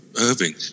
Irving